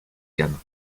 gammes